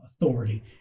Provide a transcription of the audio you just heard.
authority